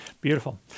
beautiful